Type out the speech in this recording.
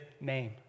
name